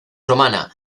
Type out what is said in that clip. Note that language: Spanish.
romana